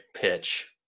pitch